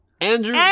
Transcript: Andrew-